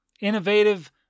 Innovative